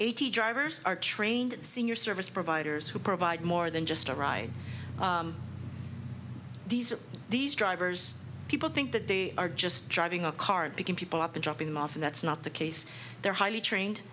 eighty drivers are trained senior service providers who provide more than just a ride these are these drivers people think that they are just driving a car and begin people up and dropping them off and that's not the case they're highly trained